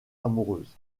amoureuse